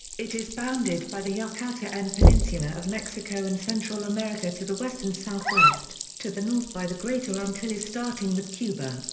it is bounded by the yucatan ah but and peninsula of mexico and central america to the west and southwest, to the north by the greater antilles starting with cuba,